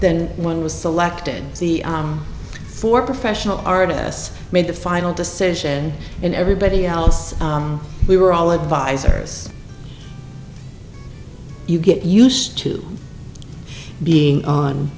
then one was selected as the four professional artists made the final decision and everybody else we were all advisors you get used to being on